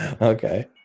Okay